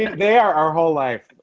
it. they are are whole life.